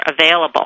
available